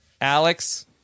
Alex